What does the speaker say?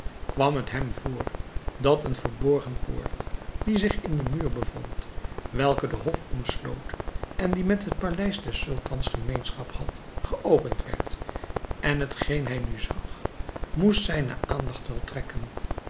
kwam het hem voor dat een verborgen poort die zich in den muur bevond welke den hof omsloot en die met het paleis des sultans gemeenschap had geopend werd en hetgeen hij nu zag moest zijne aandacht wel trekken